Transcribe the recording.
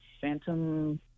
Phantom